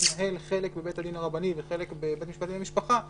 שמתנהל חלק בבית הדין הרבני וחלק בבית המשפט לענייני משפחה,